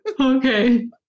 Okay